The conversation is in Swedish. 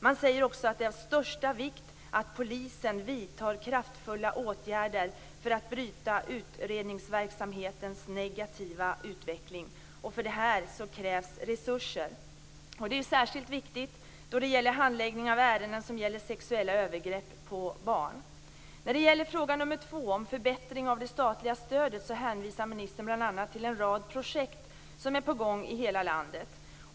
Man säger också att det är av största vikt att polisen vidtar kraftfulla åtgärder för att bryta utredningsverksamhetens negativa utveckling. För detta krävs resurser. Det är ju särskilt viktigt då det gäller handläggning av ärenden som gäller sexuella övergrepp på barn. När det gäller fråga nummer två om förbättring av det statliga stödet hänvisar ministern bl.a. till en rad projekt som är på gång i hela landet.